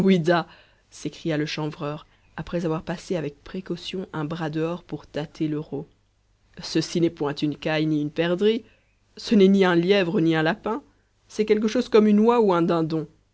s'écria le chanvreur après avoir passé avec précaution un bras dehors pour tâter le rôt ceci n'est point une caille ni une perdrix ce n'est ni un lièvre ni un lapin c'est quelque chose comme une oie ou un dindon